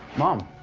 mom.